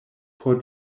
por